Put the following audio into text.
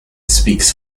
speaks